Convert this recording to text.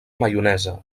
maionesa